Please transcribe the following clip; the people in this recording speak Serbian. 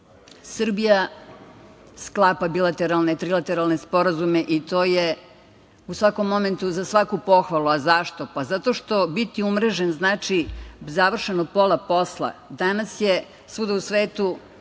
Srbija sklapa bilateralne, trilateralne sporazume i to je u svakom momentu za svaku pohvalu. Zašto? Zato što biti umrežen znači završeno pola posla. Danas je svuda u svetu